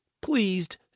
pleased